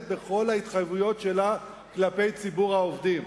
בכל ההתחייבויות שלה כלפי ציבור העובדים.